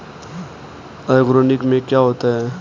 Organic में क्या क्या आता है?